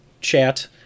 chat